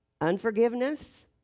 unforgiveness